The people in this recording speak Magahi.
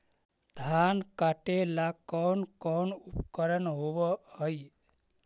धान काटेला कौन कौन उपकरण होव हइ?